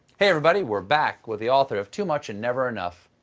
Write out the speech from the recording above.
everybody, we're back with the author of too much and never enough,